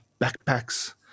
backpacks